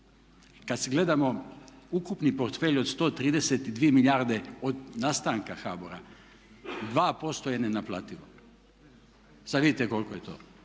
kad gledamo ukupni portfelj od 132 milijarde od nastanka HBOR-a, 2% je nenaplativo. Sad vidite koliko je to,